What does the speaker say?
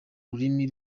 rurimi